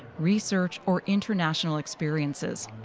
research, or international experiences.